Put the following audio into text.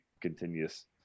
continuous